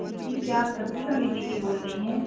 जी क्या आप सब्ज़ी वाली दीदी बोल रही हैं